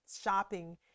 shopping